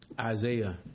Isaiah